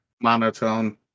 monotone